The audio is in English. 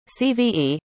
CVE